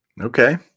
Okay